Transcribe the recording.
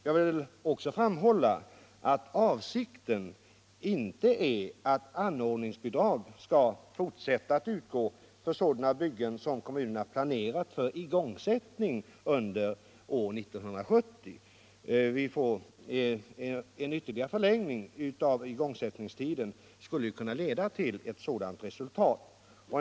| Jag vill också framhålla att avsikten' inte är att anordningsbidrag skall fortsätta att utgå för sådana byggen som kommunerna plancrat för igångsättning under år 1977. En ytterligare förlängning av igångsättningstiden skulle kunna leda till det resultatet.